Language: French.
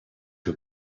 que